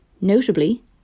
Notably